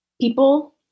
people